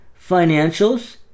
Financials